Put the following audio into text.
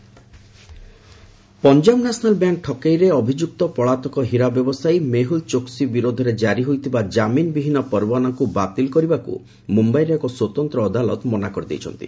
PNB scam Punjab national bank ଠକେଇରେ ଅଭିଯୁକ୍ତ ପଳାତକ ହୀରା ବ୍ୟବସାୟୀ ମେହୁଲ ଚୋକ୍ନି ବିରୋଧରେ ଜାରି ହୋଇଥିବା କାମିନ୍ ବିହୀନ ପରୱାନାକୁ ବାତିଲ କରିବାକୁ ମୁମ୍ଭାଇର ଏକ ସ୍ୱତନ୍ତ୍ର ଅଦାଲତ ମନା କରିଦେଇଛନ୍ତି